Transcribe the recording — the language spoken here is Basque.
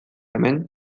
hemen